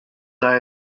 die